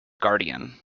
guardian